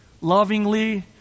Lovingly